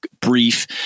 brief